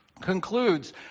concludes